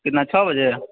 कितना छओ बजे